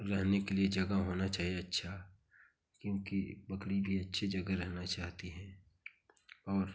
रहने के लिए जगह होना चाहिए अच्छा क्योंकि बकरी भी अच्छी जगह रहना चाहती हैं और